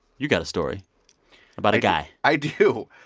you've got a story about a guy i do.